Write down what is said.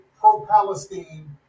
pro-palestine